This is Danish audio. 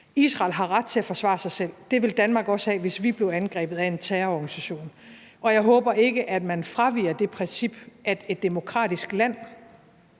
Israel har ret til at forsvare sig selv. Det ville Danmark også have, hvis vi blev angrebet er en terrororganisation. Jeg håber ikke, at man fraviger det princip, at et demokratisk land